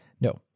No